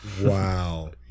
wow